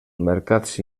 mercats